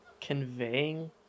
conveying